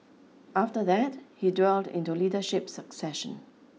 after that he dwelled into leadership succession